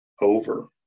over